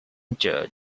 george